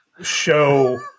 show